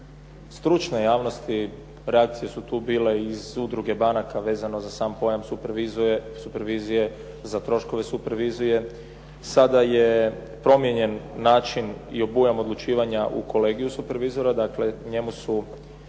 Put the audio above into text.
stručne javnosti, reakcije su tu bile iz udruge banaka vezano za sam pojam supervizije, za troškove supervizije. Sada je promijenjen način i obujam odlučivanja u kolegiju supervizora. Dakle njemu su